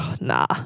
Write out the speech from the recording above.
nah